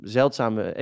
zeldzame